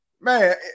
man